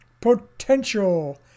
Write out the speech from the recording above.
potential